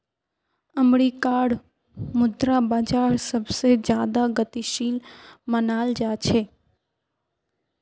अमरीकार मुद्रा बाजार सबसे ज्यादा गतिशील मनाल जा छे